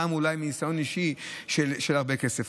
וגם אולי מניסיון אישי של הרבה כסף.